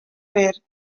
fer